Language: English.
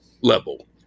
level